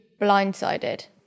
blindsided